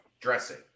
dressing